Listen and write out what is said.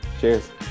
Cheers